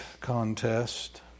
contest